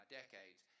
decades